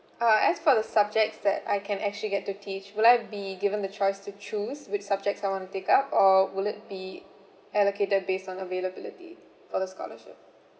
uh as for the subjects that I can actually get to teach will I be given the choice to choose which subjects I want to take up or will it be allocated based on availability of the scholarship